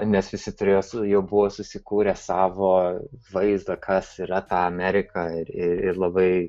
nes visi turėjo jau buvo susikūrę savo vaizdą kas yra ta amerika ir ir labai